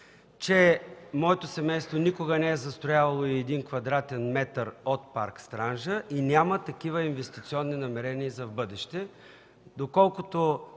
че моето семейство никога не е застроявало и един квадратен метър от парк „Странджа” и няма такива инвестиционни намерения за в бъдеще. Доколкото